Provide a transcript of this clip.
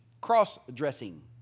cross-dressing